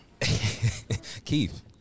Keith